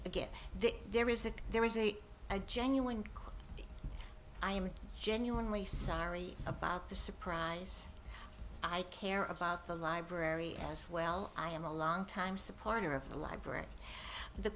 it the there is a there is a genuine i am genuinely sorry about the surprise i care about the library as well i am a longtime supporter of the library the